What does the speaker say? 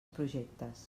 projectes